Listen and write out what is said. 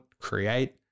create